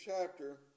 chapter